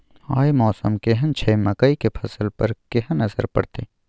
आय मौसम केहन छै मकई के फसल पर केहन असर परतै?